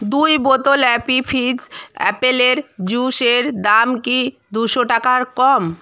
দুই বোতল Appy Fizz অ্যাপেলের জুসের দাম কি দুশো টাকার কম